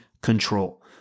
control